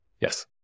Yes